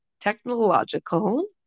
technological